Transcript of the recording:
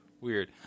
Weird